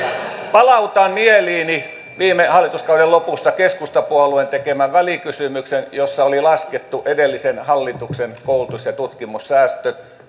palautan mieliini viime hallituskauden lopusta keskustapuolueen tekemän välikysymyksen jossa oli laskettu edellisen hallituksen koulutus ja tutkimussäästöt